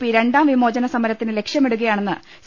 P രണ്ടാം വിമോചന സമര ത്തിന് ലക്ഷ്യമിടുകയാണെന്ന് സി